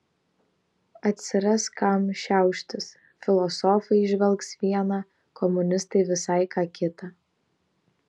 atsiras kam šiauštis filosofai įžvelgs viena komunistai visai ką kita